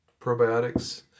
Probiotics